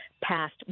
passed